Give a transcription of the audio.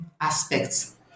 aspects